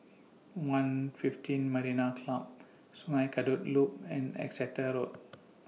one fifteen Marina Club Sungei Kadut Loop and Exeter Road